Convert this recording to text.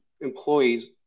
employees